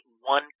one